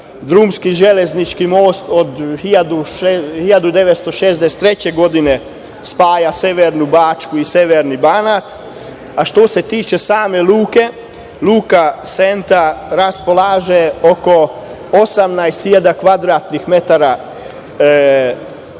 Drumski i železnički most od 1963. godine spaja severnu Bačku i severni Banat. Što se tiče same luke, luka Senta raspolaže sa oko 18 hiljada kvadratnih metara